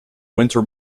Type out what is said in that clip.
winter